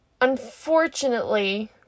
Unfortunately